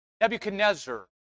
Nebuchadnezzar